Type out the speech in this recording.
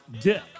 Dick